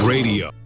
Radio